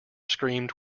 screamed